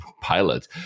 pilot